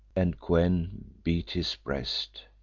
and kou-en beat his breast.